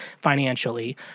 financially